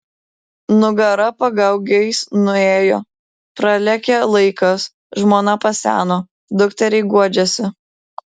nugara pagaugais nuėjo pralėkė laikas žmona paseno dukteriai guodžiasi